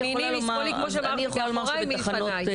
מימיני, משמאלי, מאחוריי ומלפניי.